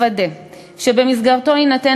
הודעה למזכירת הכנסת.